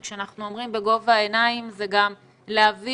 וכשאנחנו אומרים בגובה העיניים זה גם להביא